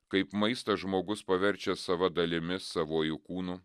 kaip maistą žmogus paverčia sava dalimi savuoju kūnu